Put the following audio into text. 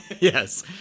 Yes